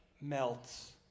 melts